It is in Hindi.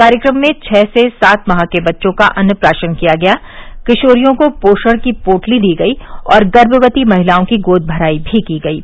कार्यक्रम में छः से सात माह के बच्चों का अन्नप्राशन किया गया किशोरियों को पोषण की पोटली दी गयी और गर्मवती महिलाओं की गोद भराई भी की गयी